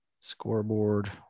scoreboard